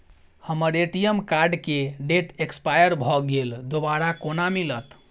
हम्मर ATM card केँ date expire भऽ गेल दोबारा कोना मिलत?